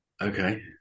Okay